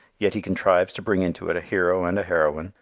yet he contrives to bring into it a hero and a heroine,